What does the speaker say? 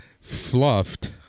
fluffed